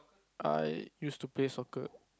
I used to play soccer